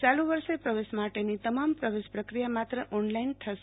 ચાલુ વર્ષે પ્રવેશ માટેની તમામ પ્રવેશ પ્રકિયા માત્ર ઓનલાઈન થશે